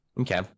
Okay